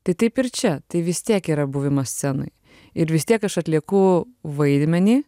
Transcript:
tai taip ir čia tai vis tiek yra buvimas scenoj ir vis tiek aš atlieku vaidmenį